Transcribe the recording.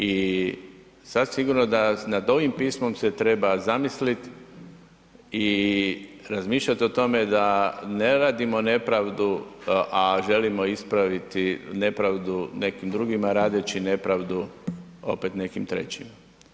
I sasvim sigurno da nad ovim pismom se treba zamisliti i razmišljati o tome da ne radimo nepravdu a želimo ispraviti nepravdi nekim drugima radeći nepravdu opet nekim trećima.